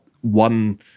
one